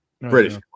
British